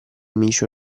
micio